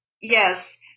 Yes